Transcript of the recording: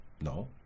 No